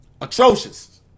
Atrocious